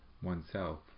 oneself